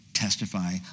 testify